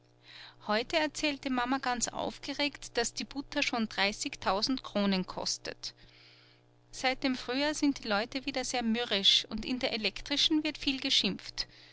heute erzählte mama ganz aufgeregt daß die butter schon dreißigtausend kronen kostet seit dem frühjahr sind die leute wieder sehr mürrisch und in der elektrischen wird viel geschimpft